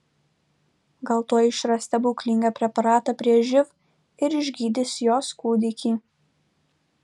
gal tuoj išras stebuklingą preparatą prieš živ ir išgydys jos kūdikį